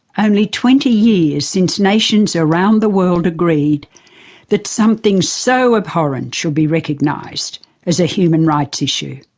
only twenty years since nations around the world agreed that something so abhorrent should be recognised as a human rights issue.